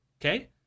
okay